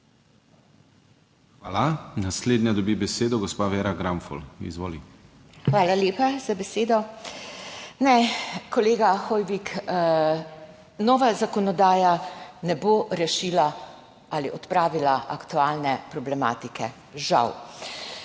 Hvala. Naslednja dobi besedo gospa Vera Granfol. Izvoli. VERA GRANFOL (PS Svoboda): Hvala lepa za besedo. Ne, kolega Hoivik, nova zakonodaja ne bo rešila ali odpravila aktualne problematike, žal.